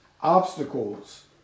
obstacles